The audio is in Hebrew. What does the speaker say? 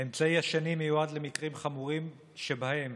האמצעי השני מיועד למקרים חמורים שבהם